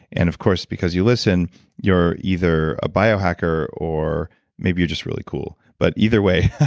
and of course, because you listen you're either a bio-hacker, or maybe you're just really cool. but, either way,